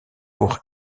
pour